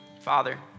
Father